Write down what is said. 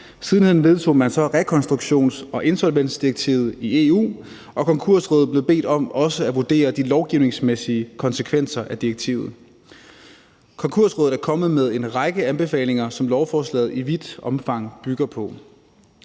Siden hen vedtog man så rekonstruktions- eller insolvensdirektivet i EU, og Konkursrådet blev også bedt om at vurdere de lovgivningsmæssige konsekvenser af direktivet. Konkursrådet er kommet med en række anbefalinger, som lovforslaget i vidt omfang bygger på.